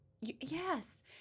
Yes